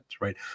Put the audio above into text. right